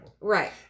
Right